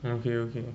okay okay